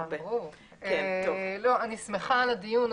אני שמחה על הדיון.